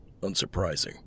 Unsurprising